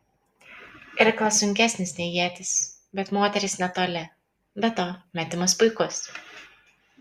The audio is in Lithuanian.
irklas sunkesnis nei ietis bet moteris netoli be to metimas puikus